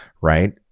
right